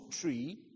tree